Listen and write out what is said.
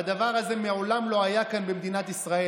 והדבר הזה מעולם לא היה כאן במדינת ישראל.